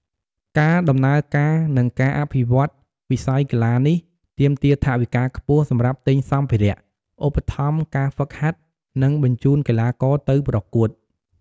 ការដំណើរការ និងការអភិវឌ្ឍន៍វិស័យកីឡានេះ ទាមទារថវិកាខ្ពស់សម្រាប់ទិញសម្ភារៈ ឧបត្ថម្ភការហ្វឹកហាត់ និងបញ្ជូនកីឡាករទៅប្រកួត។